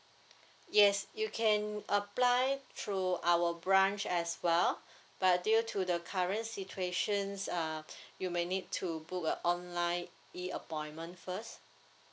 yes you can apply through our branch as well but due to the current situations um you may need to book a online e appointment first